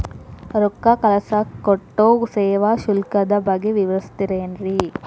ರೊಕ್ಕ ಕಳಸಾಕ್ ಕಟ್ಟೋ ಸೇವಾ ಶುಲ್ಕದ ಬಗ್ಗೆ ವಿವರಿಸ್ತಿರೇನ್ರಿ?